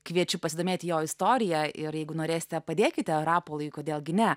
kviečiu pasidomėti jo istorija ir jeigu norėsite padėkite rapolui kodėl gi ne